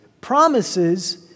promises